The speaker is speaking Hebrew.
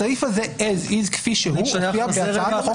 הסעיף הזה כפי שהוא הופיע בהצעת החוק